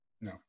no